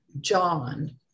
John